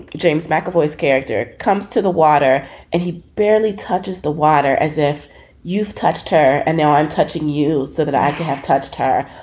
james mcavoy's character comes to the water and he barely touches the water as if you've touched her. and now i'm touching you so that i could have touched her.